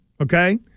Okay